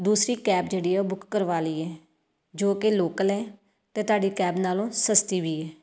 ਦੂਸਰੀ ਕੈਬ ਜਿਹੜੀ ਹੈ ਉਹ ਬੁੱਕ ਕਰਵਾ ਲਈ ਹੈ ਜੋ ਕਿ ਲੋਕਲ ਹੈ ਅਤੇ ਤੁਹਾਡੀ ਕੈਬ ਨਾਲੋਂ ਸਸਤੀ ਵੀ ਹੈ